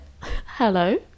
Hello